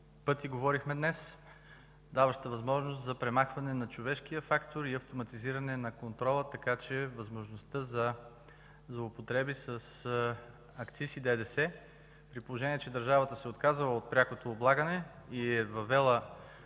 пъти говорихме днес, даваща възможност за премахване на човешкия фактор и автоматизиране на контрола, така че възможността за злоупотреби с акциз и ДДС, при положение, че държавата се е отказала от прякото облагане и е въвела